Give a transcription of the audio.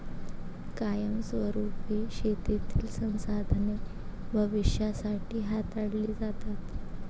कायमस्वरुपी शेतीतील संसाधने भविष्यासाठी हाताळली जातात